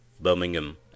Birmingham